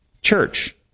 Church